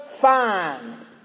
fine